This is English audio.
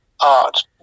art